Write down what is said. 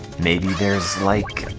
maybe there's like